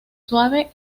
suave